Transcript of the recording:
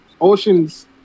Ocean's